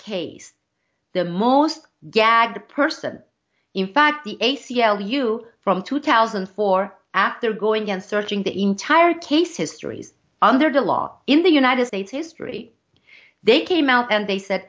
case the most gagged person in fact the a c l u from two thousand and four after going against searching the entire case histories under the law in the united states history they came out and they said